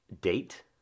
Date